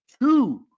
two